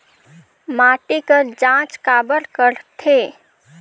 माटी कर जांच काबर करथे?